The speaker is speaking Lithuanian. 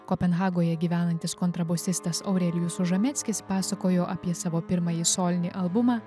kopenhagoje gyvenantis kontrabosistas aurelijus užameckis pasakojo apie savo pirmąjį solinį albumą